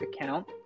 account